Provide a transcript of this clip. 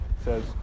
says